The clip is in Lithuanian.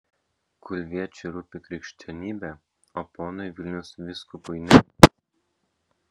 kulviečiui rūpi krikščionybė o ponui vilniaus vyskupui ne